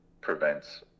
prevents